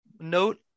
note